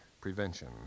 Prevention